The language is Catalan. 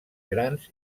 grans